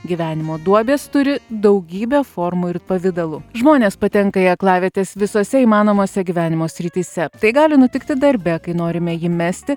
gyvenimo duobės turi daugybę formų ir pavidalų žmonės patenka į aklavietes visose įmanomose gyvenimo srityse tai gali nutikti darbe kai norime jį mesti